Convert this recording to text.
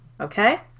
Okay